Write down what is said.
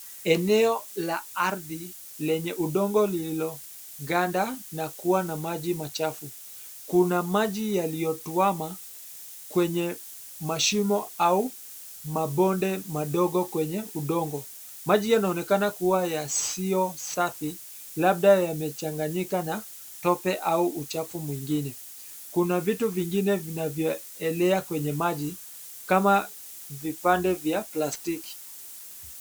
Eneo la ardhi lenye udongo lililoganda na kuwa na maji machafu. Kuna maji yaliyotuama, kwenye mashimo au mabonde madogo kwenye udongo. Maji yanaonekana kuwa yasiyo safi, labda yamechanganyika na tope au uchafu mwingine. Kuna vitu vingine vinavyoelea kwenye maji, kama vipande vya plastiki.